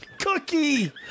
Cookie